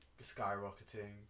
skyrocketing